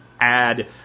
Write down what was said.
add